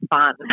fun